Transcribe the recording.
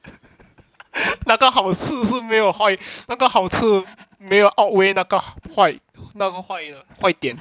那个好事是没有坏 那个好吃没有 outweigh 那个坏那个坏点